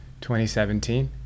2017